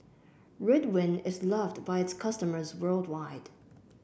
Ridwind is loved by its customers worldwide